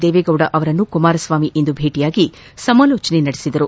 ದೇವೇಗೌಡ ಅವರನ್ನು ಕುಮಾರಸ್ವಾಮಿ ಇಂದು ಭೇಟಿಯಾಗಿ ಸಮಾಲೋಚನೆ ನಡೆಸಿದರು